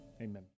amen